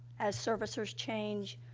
as servicers change,